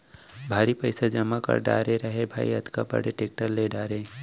भारी पइसा जमा कर डारे रहें भाई, अतका बड़े टेक्टर ले डारे